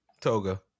Toga